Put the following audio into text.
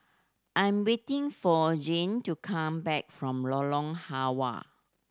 I am waiting for Jann to come back from Lorong Halwa